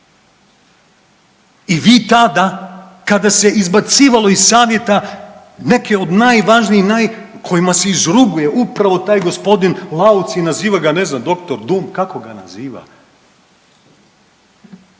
I vi tada kada se izbacivalo iz savjeta neke od najvažnijih kojima se izruguje upravo taj gospodin Lauc i naziva ga ne znam dr. Dum, kako ga naziva.